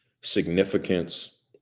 significance